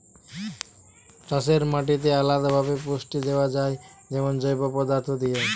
চাষের মাটিতে আলদা ভাবে পুষ্টি দেয়া যায় যেমন জৈব পদার্থ দিয়ে